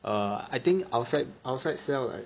err I think outside outside sell like